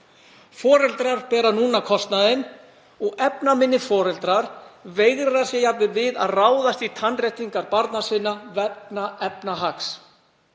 Foreldrar bera núna kostnaðinn og efnaminni foreldrar veigra sér jafnvel við að ráðast í tannréttingar barna sinna vegna efnahags.